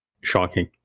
Shocking